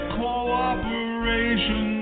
cooperation